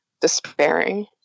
despairing